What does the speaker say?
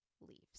leaves